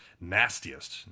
nastiest